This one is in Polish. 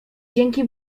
dzięki